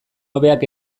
hobeak